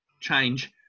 change